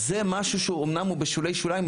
זה משהו שהוא אמנם בשולי שוליים,